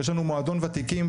יש לנו מועדון ותיקים,